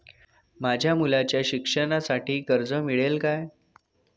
माझ्या मुलाच्या शिक्षणासाठी कर्ज मिळेल काय?